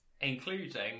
Including